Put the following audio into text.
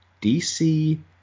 DC